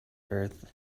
earth